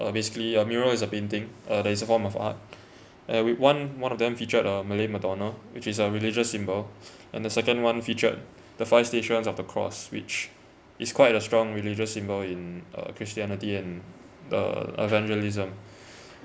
uh basically a mural is a painting uh it's a form of art and with one one of them featured a malay maddona which is a religious symbol and the second one featured the five stations of the cross which is quite a strong religious symbol in uh christianity and uh evangelism